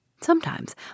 Sometimes